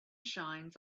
shines